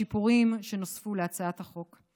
שיפורים שנוספו להצעת החוק.